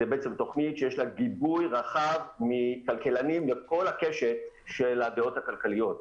זו תוכנית שיש לה גיבוי רחב מכלכלנים בכל הקשת של הדעות הכלכליות.